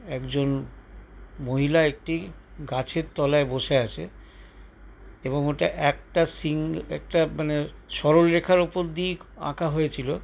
একজন মহিলা একটি গাছের তলায় বসে আছে এবং ওটা একটা একটা মানে সরলরেখার উপর দিয়েই আঁকা হয়েছিল